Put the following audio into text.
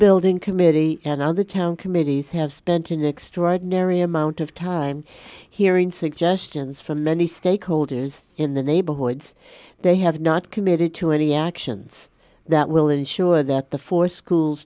building committee and other town committees have spent an extraordinary amount of time here in suggestions from many stakeholders in the neighborhoods they have not committed to any actions that will ensure that the four schools